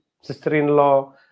sister-in-law